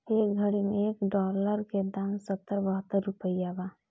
ए घड़ी मे एक डॉलर के दाम सत्तर बहतर रुपइया बा